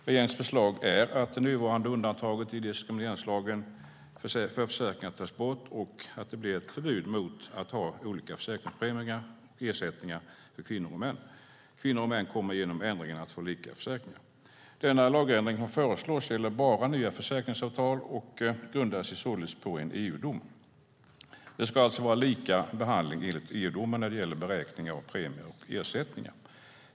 Regeringens förslag är att det nuvarande undantaget i diskrimineringslagen för försäkringar tas bort och att det blir ett förbud mot att ha olika försäkringspremier och ersättningar för kvinnor och män. Kvinnor och män kommer genom ändringen att få lika försäkringar. Den lagändring som föreslås gäller bara nya försäkringsavtal och grundar sig således på en EU-dom. Det ska alltså vara lika behandling enligt EU-domen när det gäller beräkning av premier och ersättningar.